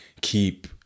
keep